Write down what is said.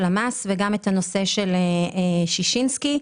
את אירוע אשלים.